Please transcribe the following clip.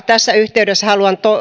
tässä yhteydessä haluan